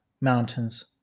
mountains